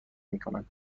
میکنند